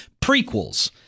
prequels